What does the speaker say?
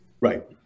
Right